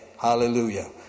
Hallelujah